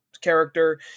character